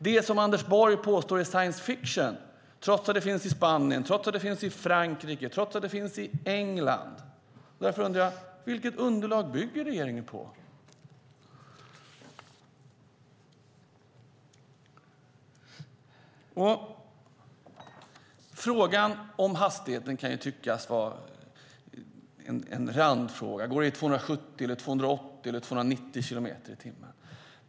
Det är vad Anders Borg påstår är science fiction trots att det finns i Spanien, Frankrike och England. Vilket underlag bygger regeringen på? Frågan om hastigheten kan tyckas vara en randfråga. Går det i 270, 280 eller 290 kilometer i timmen?